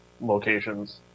locations